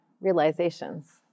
realizations